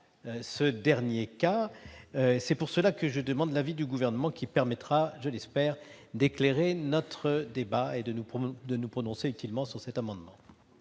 ce dernier cas. C'est pourquoi je demande l'avis du Gouvernement, qui permettra, je l'espère, d'éclairer notre débat et de nous prononcer utilement sur cet amendement.